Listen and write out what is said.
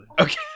Okay